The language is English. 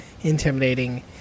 Intimidating